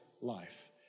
life